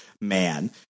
man